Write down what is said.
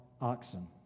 oxen